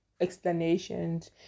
explanations